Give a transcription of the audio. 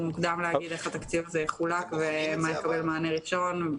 מוקדם להגיד איך התקציב הזה יחולק ומה יקבל מענה ראשון.